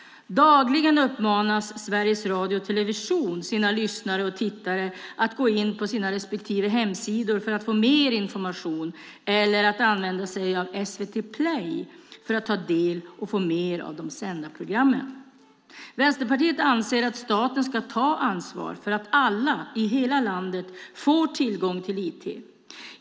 Dagligen uppmanar Sveriges Radio och Sveriges Television sina lyssnare och tittare att gå in på respektive hemsidor för att få mer information eller att använda sig av SVT Play för att ta del och få mer av de sända programmen. Vänsterpartiet anser att staten ska ta ansvar för att alla i hela landet får tillgång till IT.